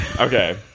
Okay